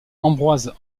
ambroise